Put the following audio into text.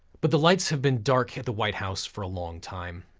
but the lights have been dark at the white house for a long time.